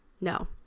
No